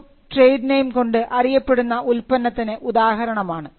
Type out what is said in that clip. ഇതും trade name കൊണ്ട് അറിയപ്പെടുന്ന ഉൽപന്നത്തിന് ഉദാഹരണമാണ്